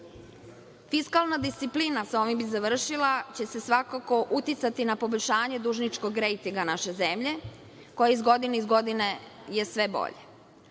Fonda. Fiskalna disciplina, sa ovim bih završila, će svakako uticati na poboljšanje dužničkog rejtinga naše zemlje, koji je iz godine u godinu sve bolji,